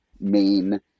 main